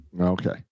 Okay